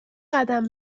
قدم